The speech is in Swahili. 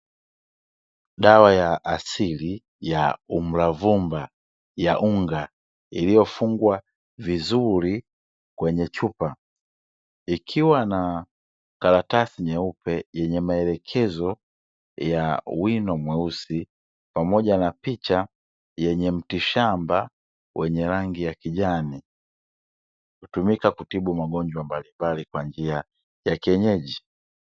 Dawa ya asili ya UMURAVUMBA ya unga iliyofungwa vizuri kwenye chupa, ikiwa na karatasi nyeupe yenye maelekezo ya wino mweusi pamoja na picha yenye mtishamba wenye rangi ya kijani. Hutumika kutibu magonjwa mbalimbali kwa njia ya kienyeji.